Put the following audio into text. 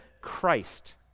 Christ